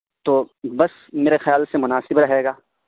تو بس میرے خیال سے مناسب رہے گا